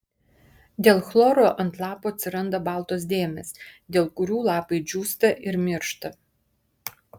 dėl chloro ant lapų atsiranda baltos dėmės dėl kurių lapai džiūsta ir miršta